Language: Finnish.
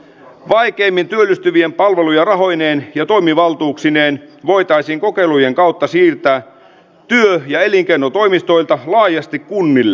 vaikeimmin työllistyvien palveluja rahoineen ja toimivaltuuksineen voitaisiin kokeilujen kautta siirtää työ ja elinkeinotoimistoilta laajasti kunnille